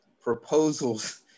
proposals